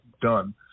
done